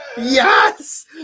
yes